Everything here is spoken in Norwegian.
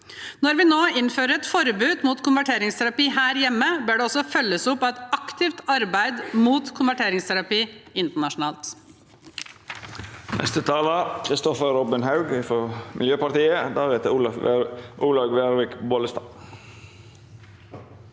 Når vi nå innfører et forbud mot konverteringsterapi her hjemme, bør det også følges opp av et aktivt arbeid mot konverteringsterapi internasjonalt.